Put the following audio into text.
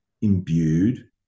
imbued